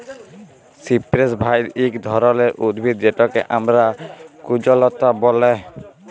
cypress vine ইক ধরলের উদ্ভিদ যেটকে আমরা কুল্জলতা ব্যলে